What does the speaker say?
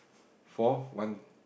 for one